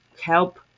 help